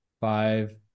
five